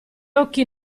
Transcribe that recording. occhi